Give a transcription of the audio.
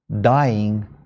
dying